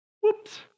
Whoops